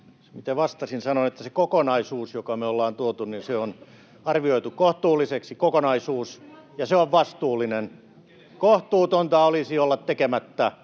Kun vastasin, niin sanoin, että se kokonaisuus, joka me ollaan tuotu, on arvioitu kohtuulliseksi, ja se on vastuullinen. Kohtuutonta olisi olla tekemättä.